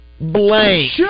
Blank